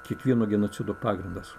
kiekvieno genocido pagrindas